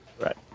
Right